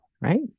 right